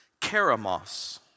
karamos